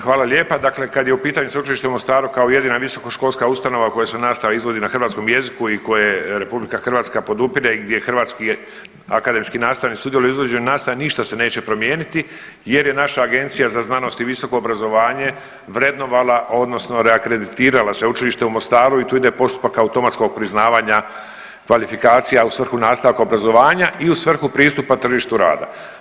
Hvala lijepa, dakle kad je u pitanju Sveučilište u Mostaru kao jedina visokoškolska ustanova u kojoj se nastava izvodi na hrvatskom jeziku i koje RH podupire gdje hrvatski akademski nastavnici sudjeluju u izvođenju nastave ništa se neće promijeniti jer je naša agencija za znanost i visoko obrazovanje vrednovala odnosno reakreditirala Sveučilište u Mostaru i tu ide postupak automatskog priznavanja kvalifikacija u svrhu nastavka obrazovanja i u svrhu pristupa tržištu rada.